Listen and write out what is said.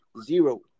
zero